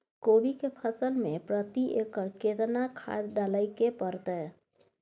कोबी के फसल मे प्रति एकर केतना खाद डालय के परतय?